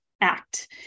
Act